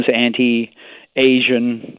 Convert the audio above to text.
anti-Asian